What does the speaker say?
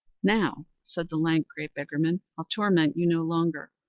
now, said the lank, grey beggarman, i'll torment you no longer.